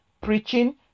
preaching